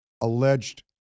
alleged